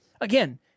again